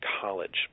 college